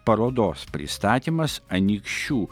parodos pristatymas anykščių